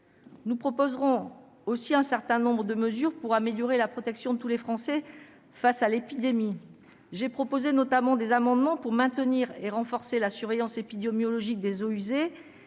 Nous proposerons aussi un certain nombre de mesures pour améliorer la protection de tous les Français face à l'épidémie. J'ai notamment proposé des amendements visant à maintenir et à renforcer la surveillance épidémiologique des eaux usées